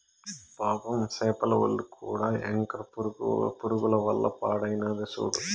పాపం సేపల ఒల్లు కూడా యాంకర్ పురుగుల వల్ల పాడైనాది సూడు